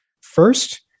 First